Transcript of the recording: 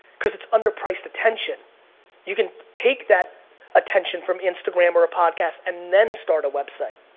cause it's underpriced attention you can take that attention from instagram or a podcast and then start a website.